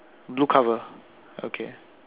blue cover okay